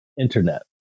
internet